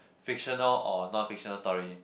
fictional or non fictional story